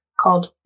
called